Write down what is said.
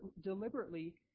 deliberately